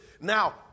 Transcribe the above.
Now